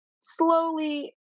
slowly